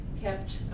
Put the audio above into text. kept